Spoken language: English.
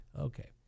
Okay